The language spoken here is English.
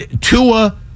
Tua